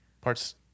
parts